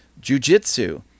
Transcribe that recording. jujitsu